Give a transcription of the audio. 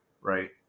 right